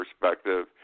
perspective